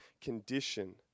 condition